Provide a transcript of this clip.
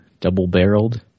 double-barreled